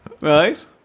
Right